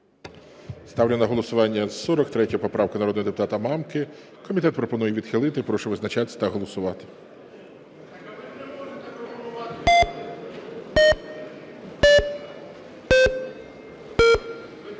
Ставлю на голосування. 43 поправка народного депутата Мамки. Комітет пропонує відхилити. Прошу визначатися та голосувати.